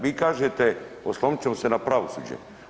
Vi kažete oslonit ćemo se na pravosuđe.